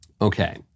Okay